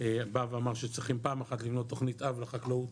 בא ואמר שצריכים פעם אחת לבנות תכנית אב לחקלאות,